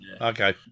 Okay